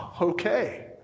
okay